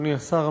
אדוני השר,